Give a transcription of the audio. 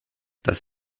das